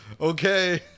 okay